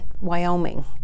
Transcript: Wyoming